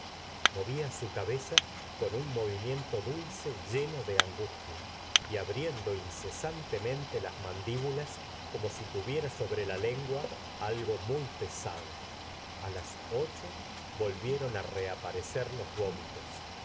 movía su cabeza con un movimiento dulce lleno de angustia y abriendo incesantemente las mandíbulas como si tuviera sobre la lengua algo muy pesado a las ocho volvieron á reaparecer los vómitos